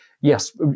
yes